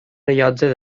rellotge